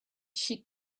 she